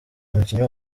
umukinnyi